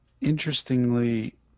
Interestingly